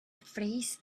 phrase